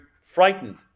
frightened